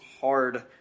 hard